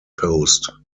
post